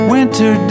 Winter